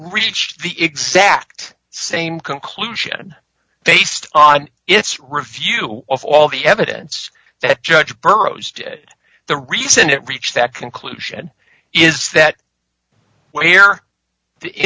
reached the exact same conclusion based on its review of all the evidence that judge burroughs did the reason it reached that conclusion is that well here the